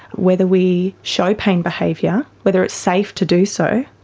whether we show pain behaviour, whether it's safe to do so,